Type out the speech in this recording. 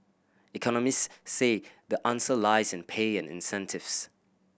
economists say the answer lies in pay and incentives